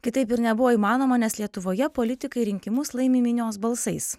kitaip ir nebuvo įmanoma nes lietuvoje politikai rinkimus laimi minios balsais